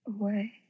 ...away